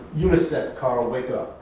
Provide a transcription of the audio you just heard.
unisex karl, wake up.